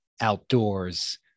outdoors